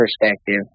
perspective